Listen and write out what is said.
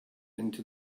into